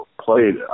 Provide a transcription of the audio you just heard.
played